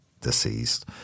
deceased